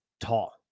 tall